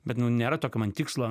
bet nu nėra tokio man tikslo